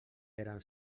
eren